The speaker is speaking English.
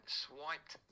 swiped